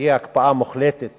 שתהיה הקפאה מוחלטת